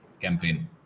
campaign